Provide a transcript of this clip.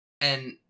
And-